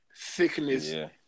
thickness